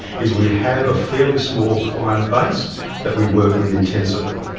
is we have a fairly small client base that we work with intensively.